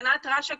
מבחינת רש"א,